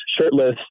shirtless